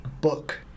book